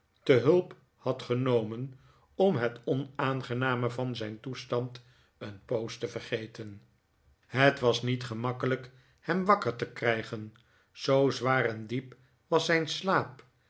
te hulp had genomen om het onaangename van zijn toestand een poos te vergeten het was niet gemakkelijk hem wakker te krijgen zoo zwaar en diep was zijn slaap